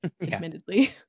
admittedly